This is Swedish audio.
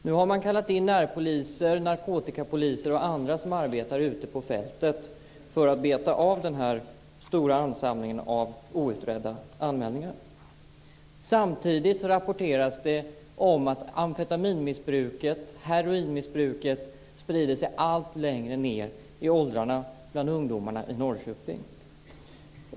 Nu har man kallat in närpoliser, narkotikapoliser och andra som arbetar ute på fältet för att beta av denna stora ansamling av outredda anmälningar. Samtidigt rapporteras det om att amfetaminmissbruket och heroinmissbruket sprider sig allt längre ned i åldrarna bland ungdomarna i Norrköping.